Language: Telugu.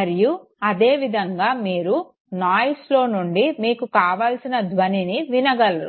మరియు అదే విధంగా మీరు నాయిస్లో నుండి మీకు కావల్సిన ధ్వనిని వినగలరు